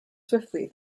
swiftly